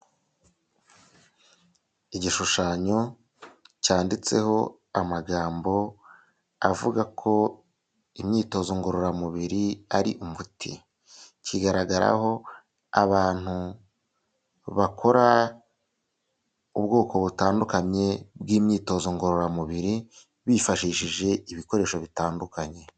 Iigishushanyo cyanditseho amagambo avuga ko imyitozo ngororamubiri ari umuti. Kigaragaraho abantu bakora ubwoko butandukanye bw'imyitozo ngororamubiri, bifashishije ibikoresho bitandukanye.